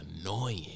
annoying